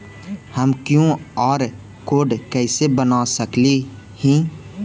हम QR code कैसे बना सकली ही?